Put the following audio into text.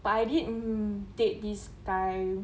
but I did take this time